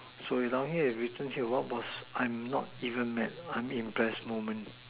so you down here is return what was I am not even mad I mean impress moment